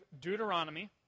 Deuteronomy